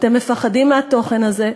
אתם מפחדים מהתוכן הזה,